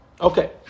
Okay